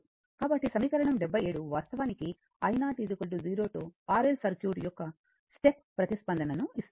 కాబట్టి సమీకరణం 77 వాస్తవానికి i0 0 తో R L సర్క్యూట్ యొక్క స్టెప్ ప్రతిస్పందనను ఇస్తుంది